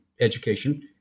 education